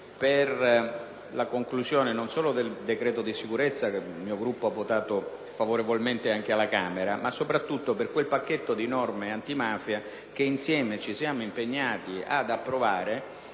del decreto-legge n. 187, in materia di sicurezza, su cui il mio Gruppo ha votato favorevolmente anche alla Camera, e soprattutto per quel pacchetto di norme antimafia che insieme ci siamo impegnati ad approvare,